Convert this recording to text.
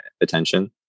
attention